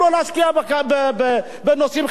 בנושאים חברתיים, גם להכניס